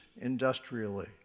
industrially